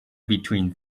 between